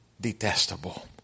detestable